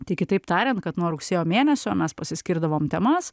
tai kitaip tariant kad nuo rugsėjo mėnesio mes pasiskirdavom temas